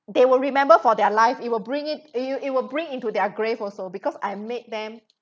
they will remember for their life it will bring it i~ it it will bring into their grave also because I made them